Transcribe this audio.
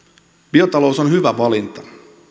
biotalous on hyvä valinta